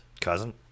cousin